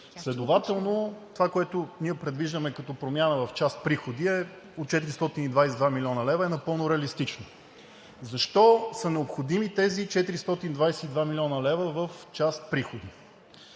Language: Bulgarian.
Следователно това, което ние предвиждаме като промяна в част „Приходи“ от 422 млн. лв., е напълно реалистично. Защо са необходими тези 422 млн. лв. в част „Приходи“?